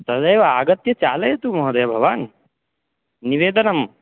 तदेव आगत्य चालयतु महोदय भवान् निवेदनम्